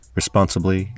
responsibly